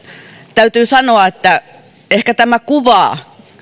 täytyy sanoa että ehkä tämä kuvaa